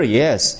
yes